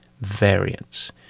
variance